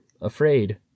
Afraid